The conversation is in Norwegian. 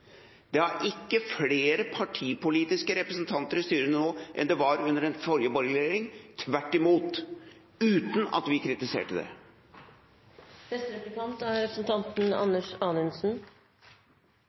Det er ikke flere partipolitiske representanter i styrene nå enn det var under den forrige, borgerlige regjering – tvert imot – uten at vi kritiserte det. Jeg må bare konstatere at representanten